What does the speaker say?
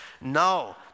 No